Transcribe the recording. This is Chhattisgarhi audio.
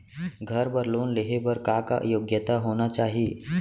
घर बर लोन लेहे बर का का योग्यता होना चाही?